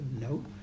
no